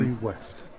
West